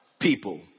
people